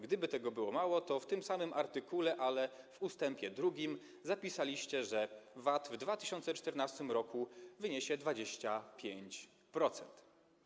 Gdyby tego było mało, to w tym samym artykule, ale w ust. 2 zapisaliście, że VAT w 2014 r. wyniesie 25%.